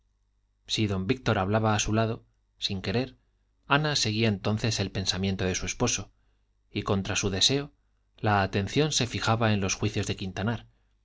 si don víctor hablaba a su lado sin querer ana seguía entonces el pensamiento de su esposo y contra su deseo la atención se fijaba en los juicios de quintanar